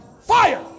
Fire